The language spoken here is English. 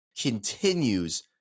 continues